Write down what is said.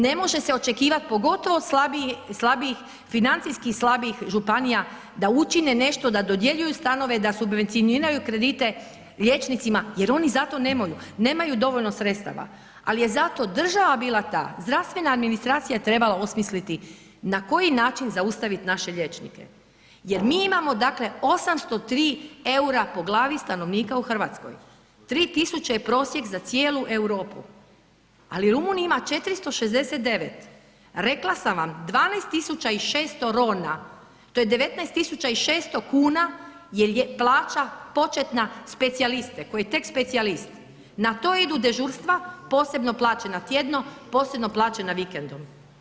Ne može se očekivat, pogotovo slabiji, slabijih, financijski slabijih županija da učine nešto, da dodjeljuju stanove, da subvencioniraju kredite liječnicima jer oni za to nemaju, nemaju dovoljno sredstava, al je zato država bila ta, zdravstvena administracija je trebala osmisliti na koji način zaustavit naše liječnike jer mi imamo dakle 803,00 EUR-a po glavi stanovnika u RH, 3000 je prosjek za cijelu Europu, ali u Rumuniji ima 469, rekla sam vam 12.600,00 RON-a, to je 19.600,00 kn je plaća početna specijaliste, koji je tek specijalist, na to idu dežurstva, posebno plaćena tjedno, posebno plaćena vikendom.